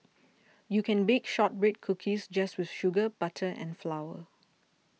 you can bake Shortbread Cookies just with sugar butter and flour